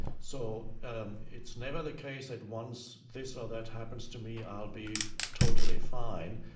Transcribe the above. so um it's never the case that once this or that happens to me, i'll be totally fine.